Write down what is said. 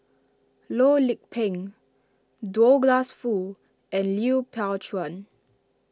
Loh Lik Peng Douglas Foo and Lui Pao Chuen